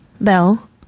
Bell